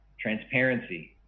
Transparency